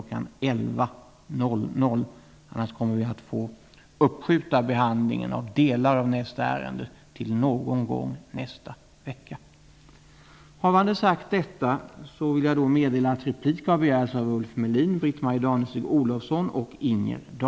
23.00, annars kommer vi att få uppskjuta behandlingen av delar av nästa ärende till någon gång nästa vecka.